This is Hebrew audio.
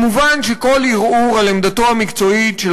מובן שכל ערעור על עמדתו המקצועית של